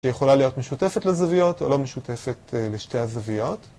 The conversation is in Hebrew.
‫שיכולה להיות משותפת לזוויות ‫או לא משותפת לשתי הזוויות.